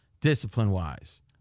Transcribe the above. discipline-wise